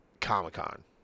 Comic-Con